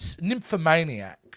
nymphomaniac